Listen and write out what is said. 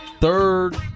third